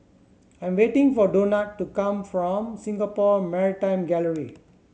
I am waiting for Donat to come from Singapore Maritime Gallery